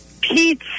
Pete